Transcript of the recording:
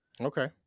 okay